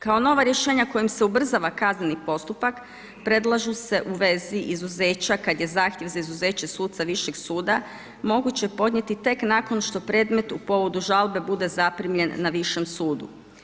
Kao nova rješenja kojima se ubrzava kazneni postupak predlažu se u vezi izuzeća kada je zahtjev za izuzeće suca višeg suda moguće podnijeti tek nakon što predmet u povodu žalbe bude zaprimljen na višem sudu.